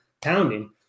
pounding